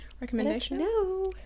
recommendations